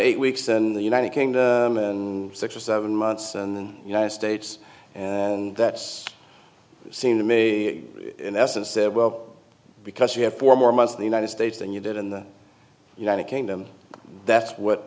eight weeks and the united kingdom and six or seven months and united states and that's seem to me in essence well because you have four more months of the united states than you did in the united kingdom that's what